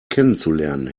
kennenzulernen